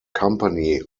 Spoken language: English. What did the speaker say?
company